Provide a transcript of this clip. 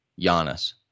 Giannis